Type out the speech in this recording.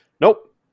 Nope